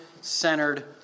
centered